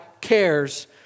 cares